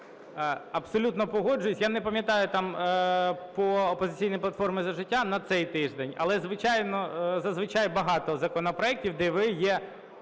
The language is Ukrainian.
абсолютно погоджуюсь. Я не пам'ятаю там по "Опозиційній платформі - За життя" на цей тиждень, але, звичайно, зазвичай багато законопроектів, де ви є